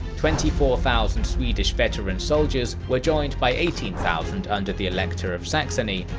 twenty four thousand swedish veteran soldiers were joined by eighteen thousand under the elector of saxony,